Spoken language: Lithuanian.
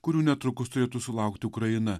kurių netrukus turėtų sulaukti ukraina